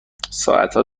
ساعتها